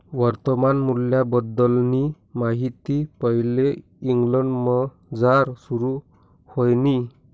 वर्तमान मूल्यबद्दलनी माहिती पैले इंग्लंडमझार सुरू व्हयनी